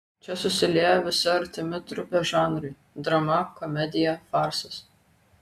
čia susilieja visi artimi trupei žanrai drama komedija farsas